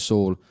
Soul